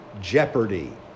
jeopardy